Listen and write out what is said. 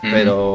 Pero